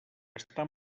està